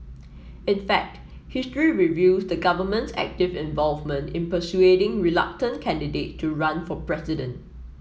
in fact history reveals the government's active involvement in persuading reluctant candidate to run for president